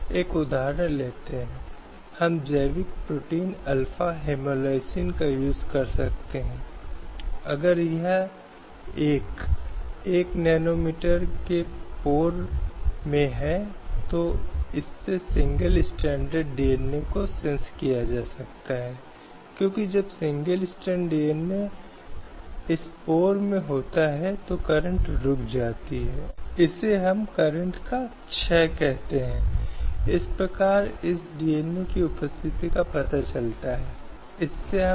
air India के पुरुष नरेश मिर्जा 1981 और एयर होस्टेस ने एयर इंडिया के नियमों को चुनौती दी है जो उन्हें 35 साल की उम्र में सेवानिवृत्त होने या शादी से पहले होने की स्थिति में गर्भावस्था के लिए आवश्यक थे